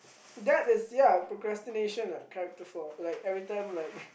that is ya procrastination ah character for like every time like